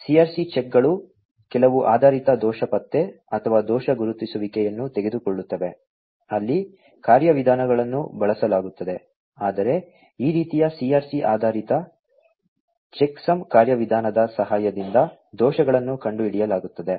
CRC ಚೆಕ್ಗಳು ಕೆಲವು ಆಧಾರಿತ ದೋಷ ಪತ್ತೆ ಅಥವಾ ದೋಷ ಗುರುತಿಸುವಿಕೆಯನ್ನು ತೆಗೆದುಕೊಳ್ಳುತ್ತವೆ ಅಲ್ಲಿ ಕಾರ್ಯವಿಧಾನಗಳನ್ನು ಬಳಸಲಾಗುತ್ತದೆ ಆದರೆ ಈ ರೀತಿಯ CRC ಆಧಾರಿತ ಚೆಕ್ಸಮ್ ಕಾರ್ಯವಿಧಾನದ ಸಹಾಯದಿಂದ ದೋಷಗಳನ್ನು ಕಂಡುಹಿಡಿಯಲಾಗುತ್ತದೆ